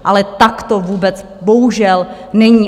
Ale tak to vůbec bohužel není.